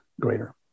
greater